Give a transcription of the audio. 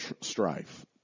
strife